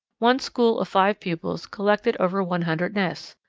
one school of five pupils collected over one hundred nests.